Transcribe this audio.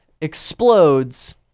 explodes